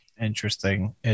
Interesting